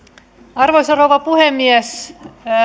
arvoisa rouva puhemies